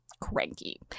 cranky